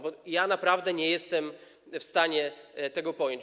Bo ja naprawdę nie jestem w stanie tego pojąć.